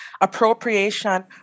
appropriation